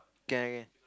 can can